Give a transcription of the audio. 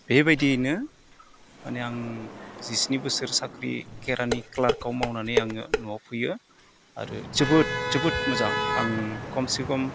बेबायदियैनो माने आं जिस्नि बोसोर साख्रि खेरानि ख्लार्कआव मावनानै आङो न'आव फैयो आरो जोबोद जोबोद मोजां आं खमसे खम